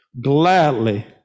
gladly